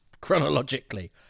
chronologically